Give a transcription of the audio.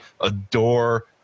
adore